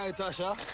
ah tasha.